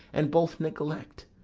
and both neglect.